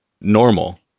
normal